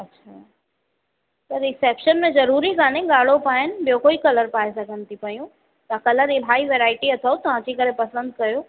अच्छा त रिसेप्शन में ज़रूरी कोन्हे ॻाढ़ो पाईनि ॿियो कोई कलर पाए सघनि थी पयूं त कलर इलाही वैरायटी अथव तव्हां अची करे पसंदि कयो